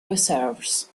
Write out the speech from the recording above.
reserves